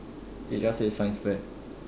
it just say science fair